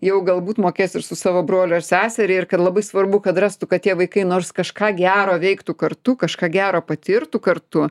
jau galbūt mokės ir su savo broliu ar seseria ir kad labai svarbu kad rastų kad tie vaikai nors kažką gero veiktų kartu kažką gero patirtų kartu